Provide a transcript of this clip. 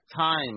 Time